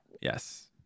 Yes